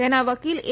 તેના વકીલ એ